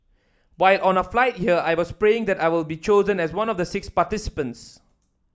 while on our flight here I was praying that I will be chosen as one of the six participants